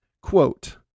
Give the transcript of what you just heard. Quote